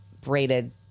braided